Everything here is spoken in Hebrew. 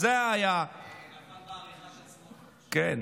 כן.